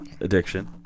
Addiction